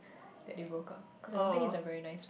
that they broke up cause I don't think he's a very nice one